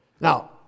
Now